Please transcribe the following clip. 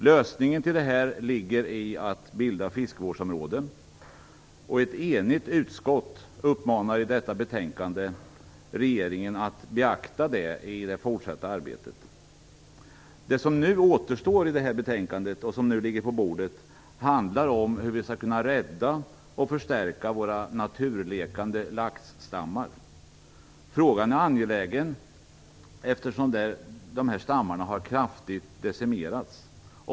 Lösningen ligger i att bilda fiskevårdsområden, och ett enigt utskott uppmanar i detta betänkande regeringen att beakta detta i det fortsatta arbetet. Det som nu återstår i det betänkande som ligger på bordet handlar om hur vi skall kunna rädda och förstärka våra naturlekande laxstammar. Frågan är angelägen eftersom dessa stammar kraftigt har decimerats.